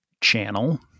channel